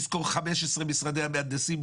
תשכור 15 משרדי מהנדסים,